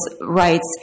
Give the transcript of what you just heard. rights